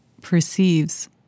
perceives